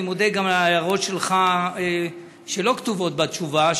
אני מודה גם על ההערות שלך שלא כתובות בתשובה,